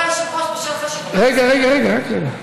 כבוד היושב-ראש, רגע, רגע, רגע, רק רגע.